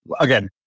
again